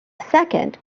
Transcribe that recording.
second